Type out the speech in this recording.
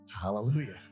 Hallelujah